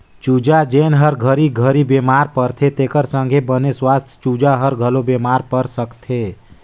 चूजा जेन हर घरी घरी बेमार परथे तेखर संघे बने सुवस्थ चूजा हर घलो बेमार पर सकथे